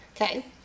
Okay